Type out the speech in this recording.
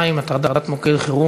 62) (הטרדת מוקד חירום),